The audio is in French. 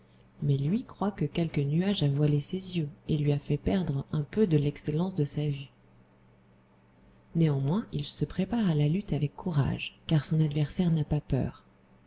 mais lui croit que quelque nuage a voilé ses yeux et lui a fait perdre un peu de l'excellence de sa vue néanmoins il se prépare à la lutte avec courage car son adversaire n'a pas peur